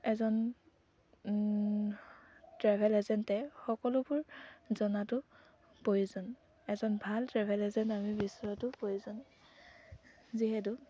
এজন ট্ৰেভেল এজেণ্টে সকলোবোৰ জনাটো প্ৰয়োজন এজন ভাল ট্ৰেভেল এজেণ্ট আমি বিচৰাটো প্ৰয়োজন যিহেতু